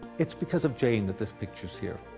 its because of jayne that this picture is here.